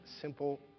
simple